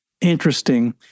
Interesting